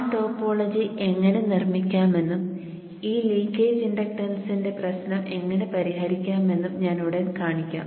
ആ ടോപ്പോളജി എങ്ങനെ നിർമ്മിക്കാമെന്നും ഈ ലീക്കേജ് ഇൻഡക്റ്റൻസിന്റെ പ്രശ്നം എങ്ങനെ പരിഹരിക്കാമെന്നും ഞാൻ ഉടൻ കാണിക്കാം